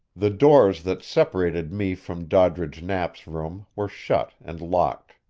the doors that separated me from doddridge knapp's room were shut and locked.